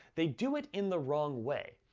they do it in the wrong way.